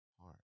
heart